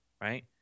Right